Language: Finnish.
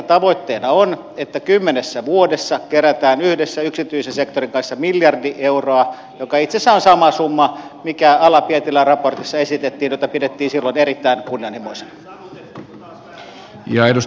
tavoitteena on että kymmenessä vuodessa kerätään yhdessä yksityisen sektorin kanssa miljardi euroa joka itse asiassa on sama summa mitä ala pietilän raportissa esitettiin ja mitä pidettiin silloin erittäin kunnianhimoisena